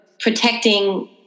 protecting